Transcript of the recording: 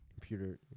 Computer